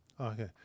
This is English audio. Okay